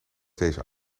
deze